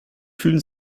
fühlen